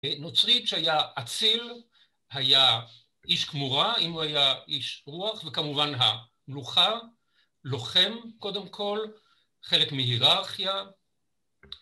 נוצרי שהיה אציל, היה איש כמורה, אם הוא היה איש רוח, וכמובן המלוכה, לוחם קודם כל, חלק מהיררכיה,